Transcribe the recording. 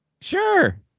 Sure